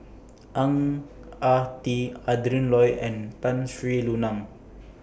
Ang Ah Tee Adrin Loi and Tun Sri Lanang